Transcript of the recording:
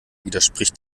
widerspricht